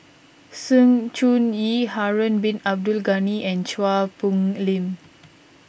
Sng Choon Yee Harun Bin Abdul Ghani and Chua Phung Lim